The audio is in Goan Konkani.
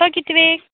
तो कितवेक